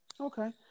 Okay